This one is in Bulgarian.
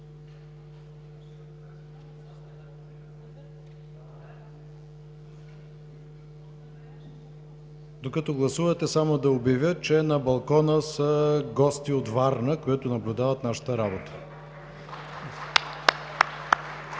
Докато гласувате само да обявя, че на балкона са гости от Варна, които наблюдават нашата работа.